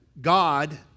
God